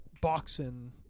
boxing